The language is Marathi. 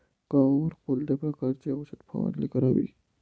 गव्हावर कोणत्या प्रकारची औषध फवारणी करावी?